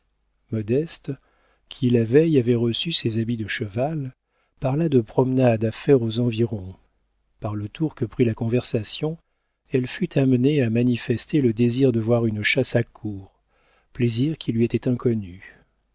qui la veille avait reçu ses habits de cheval parla de promenades à faire aux environs par le tour que prit la conversation elle fut amenée à manifester le désir de voir une chasse à courre plaisir qui lui était inconnu